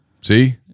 See